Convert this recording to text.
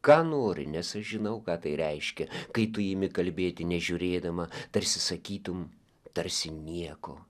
ką nori nes aš žinau ką tai reiškia kai tu imi kalbėti nežiūrėdama tarsi sakytum tarsi nieko